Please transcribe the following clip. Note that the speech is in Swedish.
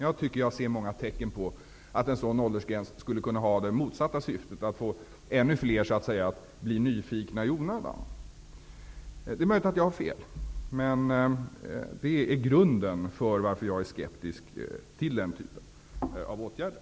Jag tycker att jag ser många tecken på att en sådan åldersgräns skulle kunna få motsatt verkan genom att ännu fler skulle kunna bli nyfikna i onödan. Det är möjligt att jag har fel, men detta är grunden till att jag är skeptisk till den typen av åtgärder.